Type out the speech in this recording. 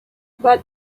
but